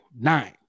nine